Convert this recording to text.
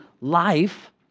life